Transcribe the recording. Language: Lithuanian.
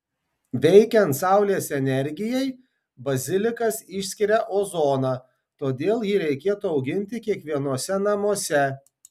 veikiant saulės energijai bazilikas išskiria ozoną todėl jį reikėtų auginti kiekvienuose namuose